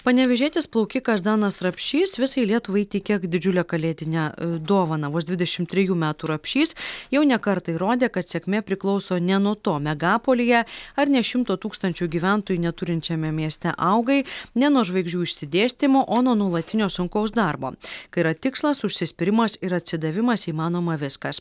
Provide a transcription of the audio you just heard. panevėžietis plaukikas danas rapšys visai lietuvai įteikė didžiulę kalėdinę dovaną vos dvidešim trejų metų rapšys jau ne kartą įrodė kad sėkmė priklauso ne nuo to megapolyje ar nė šimto tūkstančių gyventojų neturinčiame mieste augai ne nuo žvaigždžių išsidėstymo o nuo nuolatinio sunkaus darbo kai yra tikslas užsispyrimas ir atsidavimas įmanoma viskas